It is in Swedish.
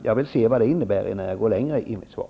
Jag vill se vad det innebär innan jag går längre i mitt svar.